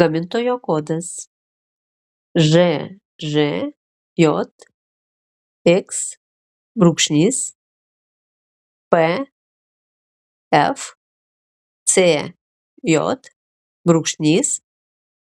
gamintojo kodas žžjx pfcj jzvm